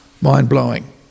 mind-blowing